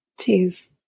Jeez